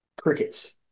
Crickets